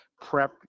prep